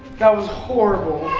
that was horrible!